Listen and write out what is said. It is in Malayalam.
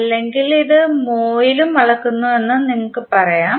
അല്ലെങ്കിൽ ഇത് മോ യിലും അളക്കുന്നുവെന്ന് നിങ്ങൾക്ക് പറയാം